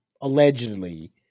allegedly